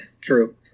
True